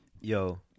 Yo